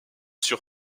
sur